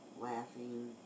laughing